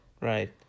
Right